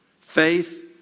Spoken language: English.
Faith